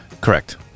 Correct